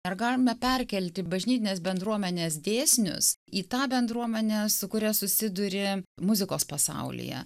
ar galime perkelti bažnytinės bendruomenės dėsnius į tą bendruomenę su kuria susiduri muzikos pasaulyje